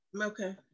Okay